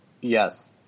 yes